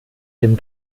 dem